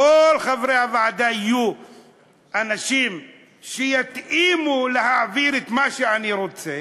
כל חברי הוועדה יהיו אנשים שיתאימו להעברת מה שאני רוצה,